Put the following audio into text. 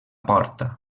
porta